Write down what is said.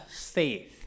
faith